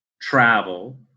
Travel